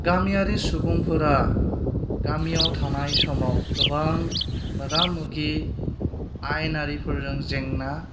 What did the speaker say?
गामियारि सुबुंफोरा गामियाव थानाय समाव गोबां मोगा मोगि आइनारिफोरजों जेंना